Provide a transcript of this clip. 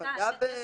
ושפגע באזרחי ישראל.